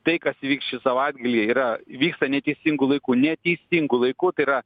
tai kas vyks šį savaitgalį yra vyksta neteisingu laiku neteisingu laiku tai yra